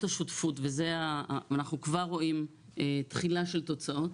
השותפות ואנחנו כבר רואים תחילה של תוצאות.